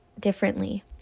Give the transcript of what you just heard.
differently